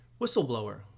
Whistleblower